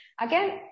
again